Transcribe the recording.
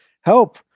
Help